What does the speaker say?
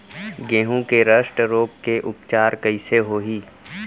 गेहूँ के रस्ट रोग के उपचार कइसे होही?